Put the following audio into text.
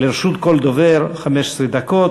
לרשות כל דובר 15 דקות.